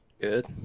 good